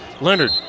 Leonard